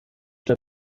der